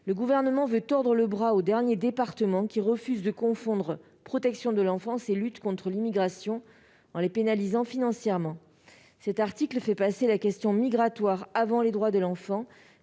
le Gouvernement veut tordre le bras aux derniers départements qui refusent de confondre protection de l'enfance et lutte contre l'immigration, en les pénalisant financièrement. Cet article fait passer la question migratoire avant les droits de l'enfant